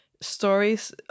stories